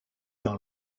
dans